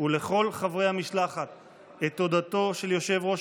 ולכל חברי המשלחת את תודתו של יושב-ראש